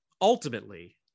ultimately